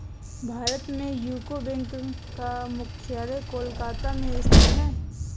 भारत में UCO bank का मुख्यालय कोलकाता में स्थित है